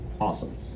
Awesome